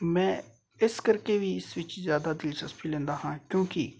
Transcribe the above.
ਮੈਂ ਇਸ ਕਰਕੇ ਵੀ ਇਸ ਵਿੱਚ ਜ਼ਿਆਦਾ ਦਿਲਚਸਪੀ ਲੈਂਦਾ ਹਾਂ ਕਿਉਂਕਿ